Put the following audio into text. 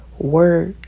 Work